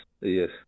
yes